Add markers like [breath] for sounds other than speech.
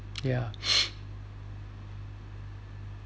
ya [breath]